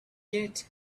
yet